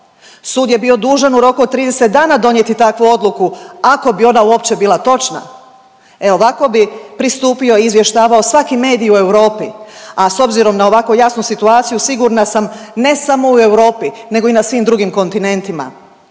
Sud je bio dužan u roku od 30 dana donijeti takvu odluku ako bi ona uopće bila točna. E, ovako bi pristupio i izvještavao svaki medij u Europi, a s obzirom na ovako jasnu situaciju sigurna sam ne samo u Europi nego i na svim drugim kontinentima.